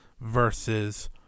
versus